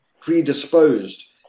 predisposed